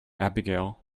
abigail